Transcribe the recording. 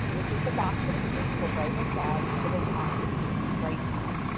which is the box that appears below the slide that is on your screen right now.